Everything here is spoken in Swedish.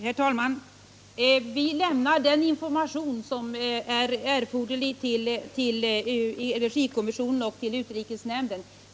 Herr talman! Vi lämnar den information till energikommissionen och till utrikesnämnden som är erforderlig.